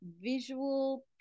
Visual